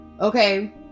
Okay